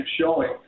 showing